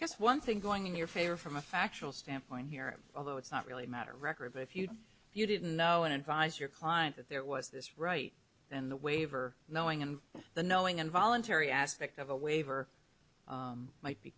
guess one thing going in your favor from a factual standpoint here although it's not really a matter of record but if you if you didn't know and advise your client that there was this right and the waiver knowing and the knowing and voluntary aspect of a waiver might be